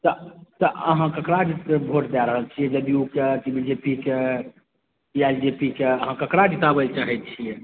तऽ तऽ अहाँ ककरा जितबै भोट दए रहल छियै जदयू के की बीजेपी के या एलजेपी के अहाँ ककरा जिताबै लए चाहै छियै